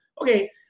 Okay